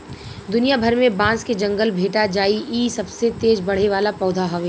दुनिया भर में बांस के जंगल भेटा जाइ इ सबसे तेज बढ़े वाला पौधा हवे